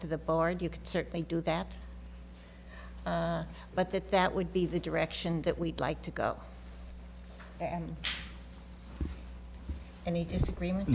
to the board you could certainly do that but that that would be the direction that we'd like to go and any disagreement